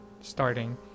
starting